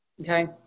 Okay